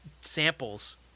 samples